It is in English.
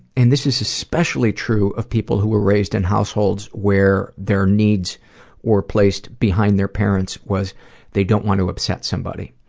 and this is especially true of people who were raised in households where their needs were placed behind their parents', was they don't want to upset somebody.